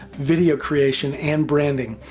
video creation, and branding,